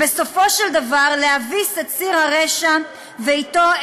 ובסופו של דבר להביס את ציר הרשע ואתו,